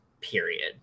period